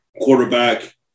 Quarterback